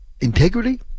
integrity